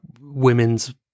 women's